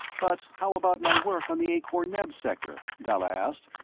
but how about my work on the akor-neb sector? dalla asked.